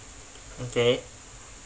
okay